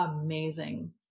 amazing